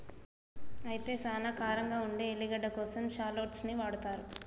అయితే సానా కారంగా ఉండే ఎల్లిగడ్డ కోసం షాల్లోట్స్ ని వాడతారు